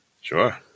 Sure